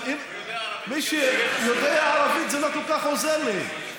מי שיודע ערבית זה לא כל כך עוזר לי,